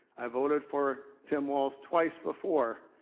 i voted for tim walz twice before,